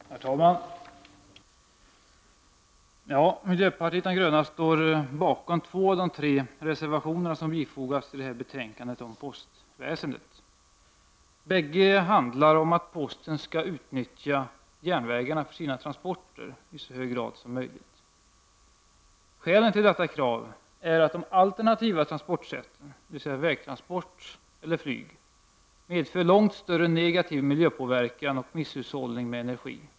Herr talman! Miljöpartiet de gröna står bakom två av de tre reservationer som har bifogats betänkandet om postväsendet. Bägge handlar om att posten skall utnyttja järnvägarna för sina transporter i så hög grad som möjligt. Skälen till detta krav är att de alternativa transportsätten, dvs. vägeller flygtransporter, medför långt större negativ miljöpåverkan och misshushållning med energi.